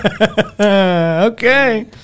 Okay